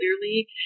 clearly